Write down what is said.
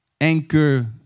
anchor